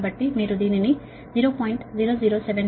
కాబట్టి మీరు దీనిని 0